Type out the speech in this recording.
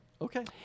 Okay